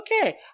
okay